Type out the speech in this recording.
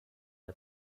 der